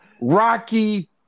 Rocky